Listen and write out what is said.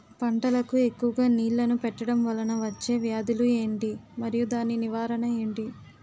పంటలకు ఎక్కువుగా నీళ్లను పెట్టడం వలన వచ్చే వ్యాధులు ఏంటి? మరియు దాని నివారణ ఏంటి?